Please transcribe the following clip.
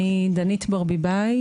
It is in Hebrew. אני דנית ברביבאי,